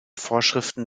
vorschriften